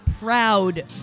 proud